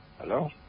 Hello